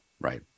right